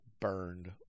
burned